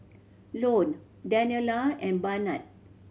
Lone Daniella and Barnard